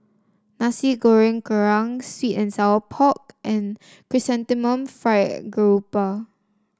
Nasi Goreng Kerang sweet and Sour Pork and Chrysanthemum Fried Garoupa